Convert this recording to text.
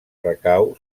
recau